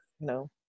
no